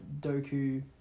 Doku